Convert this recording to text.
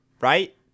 Right